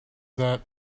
that